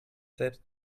selbst